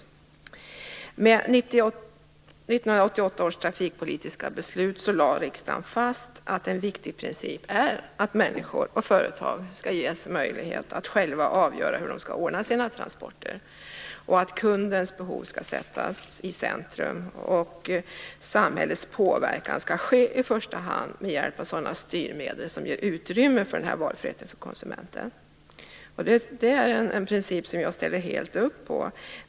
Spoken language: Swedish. I och med 1988 års trafikpolitiska beslut lade riksdagen fast att en viktig princip är att människor och företag skall ges möjlighet att själva avgöra hur de skall ordna sina transporter och att kundens behov skall sättas i centrum. Samhällets påverkan skall i första hand ske med sådana styrmedel som ger utrymme för denna valfrihet för konsumenten. Detta är en princip som jag helt ställer upp på.